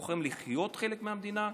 בוחרים להיות חלק מהמדינה,